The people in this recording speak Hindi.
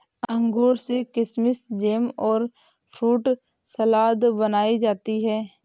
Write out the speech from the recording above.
अंगूर से किशमिस जैम और फ्रूट सलाद बनाई जाती है